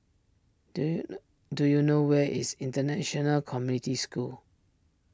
do you know do you know where is International Community School